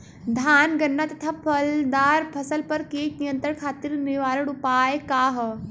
धान गन्ना तथा फलदार फसल पर कीट नियंत्रण खातीर निवारण उपाय का ह?